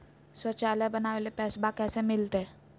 शौचालय बनावे ले पैसबा कैसे मिलते?